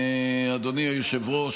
אדוני היושב-ראש,